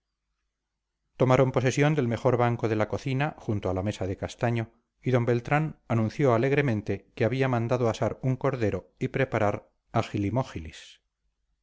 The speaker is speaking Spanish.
tomaron posesión del mejor banco de la cocina junto a la mesa de castaño y d beltrán anunció alegremente que había mandado asar un cordero y preparar